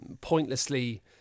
pointlessly